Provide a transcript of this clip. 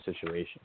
situation